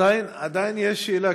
עדיין יש שאלה,